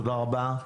תודה רבה.